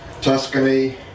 Tuscany